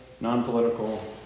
non-political